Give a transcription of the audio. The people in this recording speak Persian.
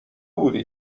بودی